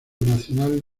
nacional